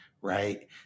right